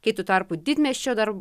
kai tuo tarpu didmiesčio dar